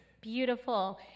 Beautiful